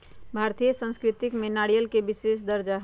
भारतीय संस्कृति में नारियल के विशेष दर्जा हई